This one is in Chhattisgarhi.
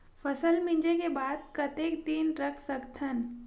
फसल मिंजे के बाद कतेक दिन रख सकथन?